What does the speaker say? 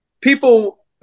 people